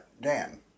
Dan